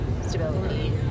stability